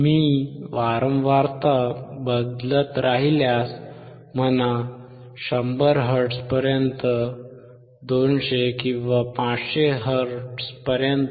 मी वारंवारता बदलत राहिल्यास म्हणा 100 हर्ट्झ पर्यंत 200 किंवा 500 हर्ट्झपर्यंत